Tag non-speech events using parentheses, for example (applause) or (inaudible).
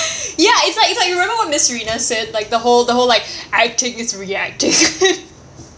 ya it's like it's you remember what miss rina said like the whole the whole like acting is reacting (laughs)